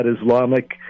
Islamic